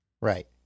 right